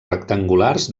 rectangulars